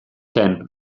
zen